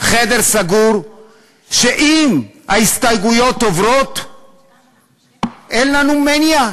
חדר סגור שאם ההסתייגויות עוברות אין לנו מניעה